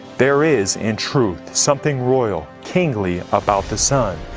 there is, in truth, something royal, kingly about the sun,